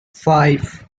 five